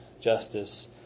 justice